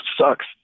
sucks